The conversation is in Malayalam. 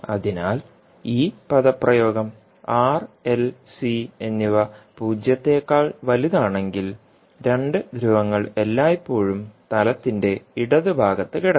അതിനാൽ ഈ പദപ്രയോഗം r l c എന്നിവ പൂജ്യത്തേക്കാൾ വലുതാണെങ്കിൽ രണ്ട് ധ്രുവങ്ങൾ എല്ലായ്പ്പോഴും തലത്തിന്റെ ഇടത് ഭാഗത്ത് കിടക്കും